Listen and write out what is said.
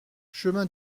chemin